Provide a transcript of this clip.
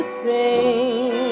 sing